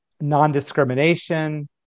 non-discrimination